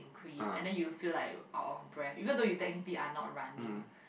crease and then you feel like out of breath even though you technically are not running